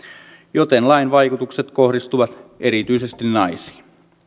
joten lain vaikutukset kohdistuvat erityisesti naisiin